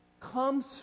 comes